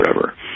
forever